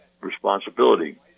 responsibility